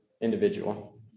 individual